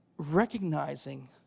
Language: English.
recognizing